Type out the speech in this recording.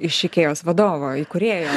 iš ikėjos vadovo įkūrėjo